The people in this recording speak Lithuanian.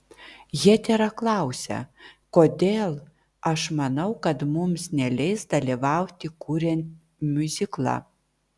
hetera klausia kodėl aš manau kad mums neleis dalyvauti kuriant miuziklą